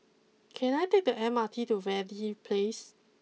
can I take the M R T to Verde place